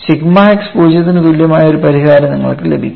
sigma x 0 ന് തുല്യമായ ഒരു പരിഹാരം നിങ്ങൾക്ക് ലഭിക്കും